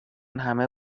همه